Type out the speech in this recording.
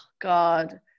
God